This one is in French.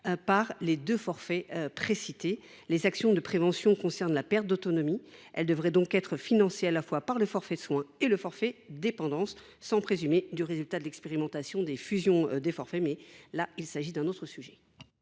par les deux forfaits précités. Les actions de prévention visant à prévenir la perte d’autonomie, elles devraient être financées à la fois par le forfait soins et par le forfait dépendance. Je ne préjuge pas ici du résultat de l’expérimentation de la fusion des forfaits, mais il s’agit d’un autre sujet.